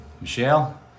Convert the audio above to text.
Michelle